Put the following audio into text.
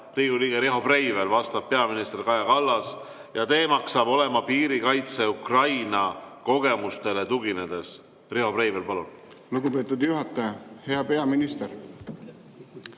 Riigikogu liige Riho Breivel, vastab peaminister Kaja Kallas ja teema on piirikaitse Ukraina kogemustele tuginedes. Riho Breivel, palun! Lugupeetud juhataja! Hea peaminister!